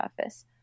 office